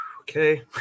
Okay